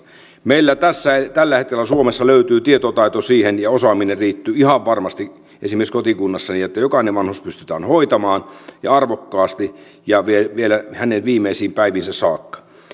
meillä tällä hetkellä suomessa löytyy tietotaito siihen ja osaaminen riittää ihan varmasti esimerkiksi kotikunnassani siihen että jokainen vanhus pystytään hoitamaan ja arvokkaasti ja vielä hänen viimeisiin päiviinsä saakka